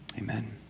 Amen